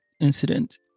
incident